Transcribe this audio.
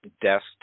desk